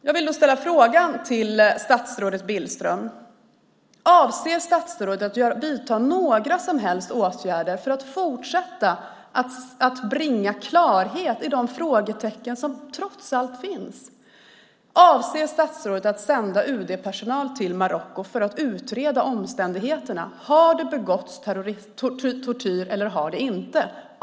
Jag vill ställa frågan till statsrådet Billström: Avser statsrådet att vidta några som helst åtgärder för att fortsätta bringa klarhet i de frågor som trots allt finns? Avser statsrådet att sända UD-personal till Marocko för att utreda omständigheterna? Har det begåtts tortyr eller har det inte?